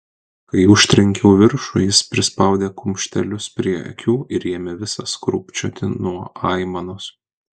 kai užtrenkiau viršų jis prispaudė kumštelius prie akių ir ėmė visas krūpčioti nuo aimanos